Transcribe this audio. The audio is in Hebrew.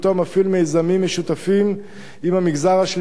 מפעיל מיזמים משותפים עם המגזר השלישי